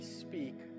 speak